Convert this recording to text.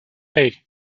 hey